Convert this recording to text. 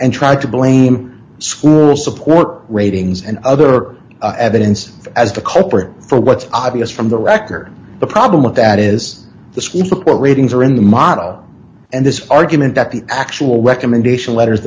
and try to blame school support ratings and other evidence as the culprit for what's obvious from the record the problem with that is the sweep of what ratings are in the model and this argument that the actual recommendation letters